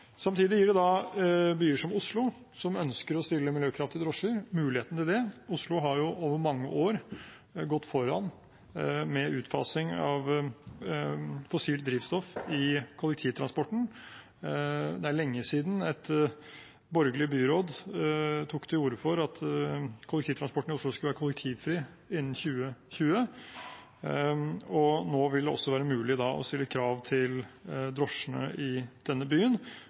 Samtidig gir vi byer som Oslo, som ønsker å stille miljøkrav til drosjer, muligheten til det. Oslo har over mange år gått foran med utfasing av fossilt drivstoff i kollektivtransporten. Det er lenge siden et borgerlig byråd tok til orde for at kollektivtransporten i Oslo skulle være fossilfri innen 2020. Nå vil det også være mulig å stille krav til drosjene i denne byen,